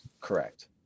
Correct